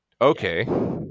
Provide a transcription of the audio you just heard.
Okay